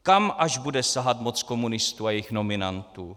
Kam až bude sahat moc komunistů a jejich nominantů?